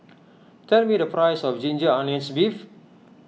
tell me the price of Ginger Onions Beef